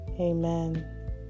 Amen